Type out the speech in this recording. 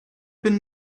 been